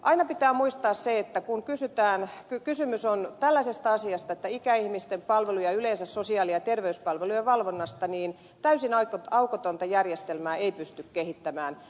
aina pitää muistaa se että kun kysymys on tällaisesta asiasta kuin ikäihmisten palvelut ja yleensä sosiaali ja terveyspalvelujen valvonnasta niin täysin aukotonta järjestelmää ei pystytä kehittämään